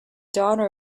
daughter